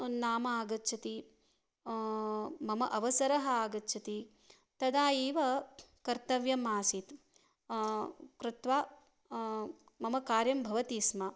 नाम आगच्छति मम अवसरः आगच्छति तदा इव कर्तव्यम् आसीत् कृत्वा मम कार्यं भवति स्म